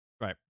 Right